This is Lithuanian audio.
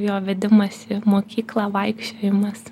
jo vedimas į mokyklą vaikščiojimas